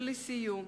ולסיום,